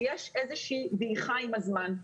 שיש איזושהי דעיכה עם הזמן.